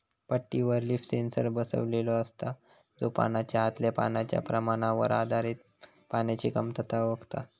पट्टीवर leaf sensor बसवलेलो असता, जो पानाच्या आतल्या पाण्याच्या प्रमाणावर आधारित पाण्याची कमतरता ओळखता